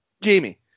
Jamie